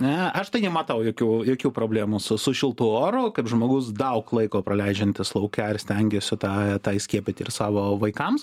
ne aš tai nematau jokių jokių problemų su su šiltu oru kaip žmogus daug laiko praleidžiantis lauke ir stengiuosi tą tą įskiepyt ir savo vaikams